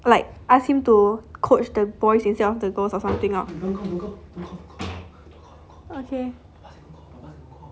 like ask him to coach the boys instead of the girls or something orh okay